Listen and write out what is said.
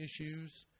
issues